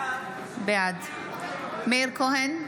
בעד מאיר כהן,